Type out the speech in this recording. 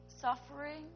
suffering